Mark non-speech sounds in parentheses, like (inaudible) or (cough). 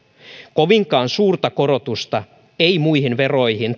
kovinkaan suurta korotusta ei muihin veroihin (unintelligible)